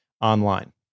online